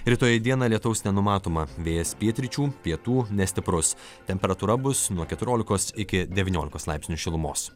rytoj dieną lietaus nenumatoma vėjas pietryčių pietų nestiprus temperatūra bus nuo keturiolikos iki devyniolikos laipsnių šilumos